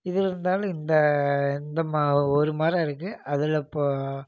இதிலிருந்தாலும் இந்த இந்த ம ஒரு மரம் இருக்குது அதில் இப்போது